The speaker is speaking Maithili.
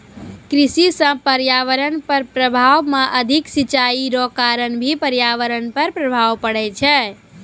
कृषि से पर्यावरण पर प्रभाव मे अधिक सिचाई रो कारण भी पर्यावरण पर प्रभाव पड़ै छै